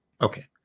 Okay